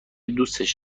دوستش